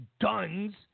guns